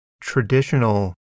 traditional